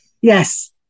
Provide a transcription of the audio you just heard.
yes